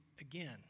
again